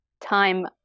time